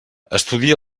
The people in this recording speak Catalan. estudia